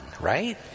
right